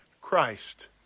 Christ